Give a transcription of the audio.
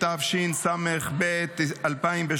התשס"ב 2002,